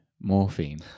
morphine